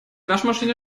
waschmaschine